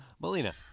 Melina